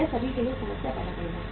यह सभी के लिए एक समस्या पैदा करेगा